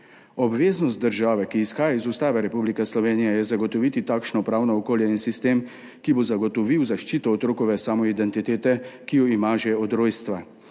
Obveznost države, ki izhaja iz Ustave Republike Slovenije, je zagotoviti takšno pravno okolje in sistem, ki bo zagotovil zaščito otrokove samoidentitete, ki jo ima že od rojstva.